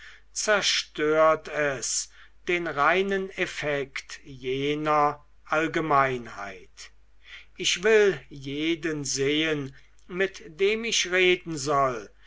zerstört es den reinen effekt jener allgemeinheit ich will jeden sehen mit dem ich reden soll